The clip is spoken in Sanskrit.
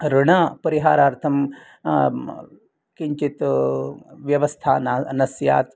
ऋण परिहारार्थं किञ्चित् व्यवस्था न न स्यात्